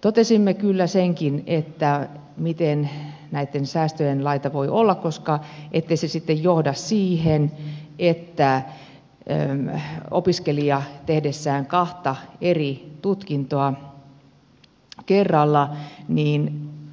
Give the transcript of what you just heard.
totesimme kyllä senkin miten näitten säästöjen laita voi olla ettei se sitten johda siihen että opiskelija tehdessään kahta eri tutkintoa kerralla